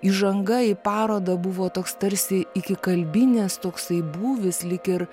įžanga į parodą buvo toks tarsi ikikalbinis toksai būvis lyg ir